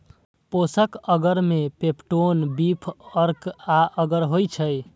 पोषक अगर मे पेप्टोन, बीफ अर्क आ अगर होइ छै